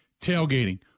tailgating